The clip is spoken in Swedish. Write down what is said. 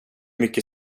mycket